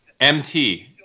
MT